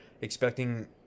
expecting